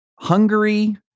Hungary